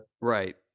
Right